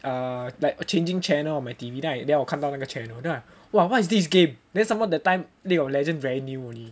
uh like changing channel on my T_V then 我看到那个 channel then I like !wah! what is this game then some more that time League of Legend very new only